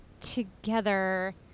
together